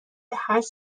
هشت